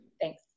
Thanks